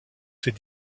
ses